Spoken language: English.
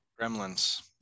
Gremlins